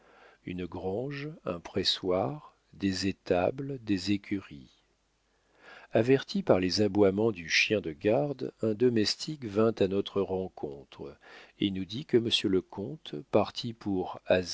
une grange un pressoir des étables des écuries averti par les aboiements du chien de garde un domestique vint à notre rencontre et nous dit que monsieur le comte parti pour